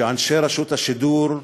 שאנשי רשות השידור,